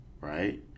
right